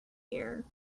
here